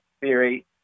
Theory